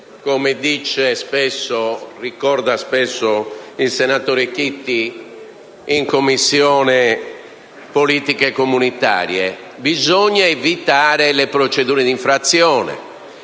interesse: come ricorda spesso il senatore Chiti in Commissione politiche comunitarie, bisogna evitare le procedure d'infrazione